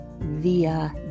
Via